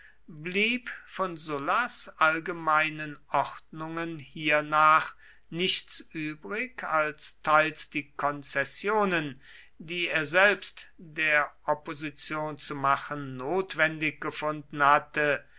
blieb von sullas allgemeinen ordnungen hiernach nichts übrig als teils die konzessionen die er selbst der opposition zu machen notwendig gefunden hatte